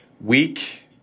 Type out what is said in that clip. week